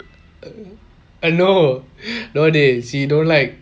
uh no no dey she don't like